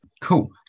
cool